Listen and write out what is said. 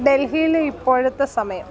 ഡൽഹിയിലെ ഇപ്പോഴത്തെ സമയം